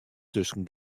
tusken